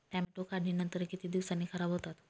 Tomato काढणीनंतर किती दिवसांनी खराब होतात?